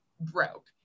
broke